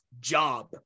job